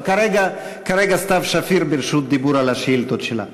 אבל כרגע סתיו שפיר ברשות דיבור בשאילתות שלה: